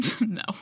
No